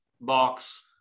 box